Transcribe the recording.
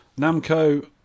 Namco